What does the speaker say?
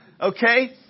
Okay